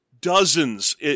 dozens